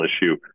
issue